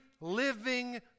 living